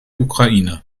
ukraine